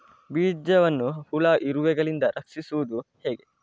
ಬೀಜವನ್ನು ಹುಳ, ಇರುವೆಗಳಿಂದ ರಕ್ಷಿಸುವುದು ಹೇಗೆ?